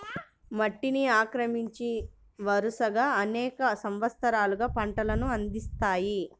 మట్టిని ఆక్రమించి, వరుసగా అనేక సంవత్సరాలు పంటలను అందిస్తాయి